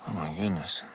goodness.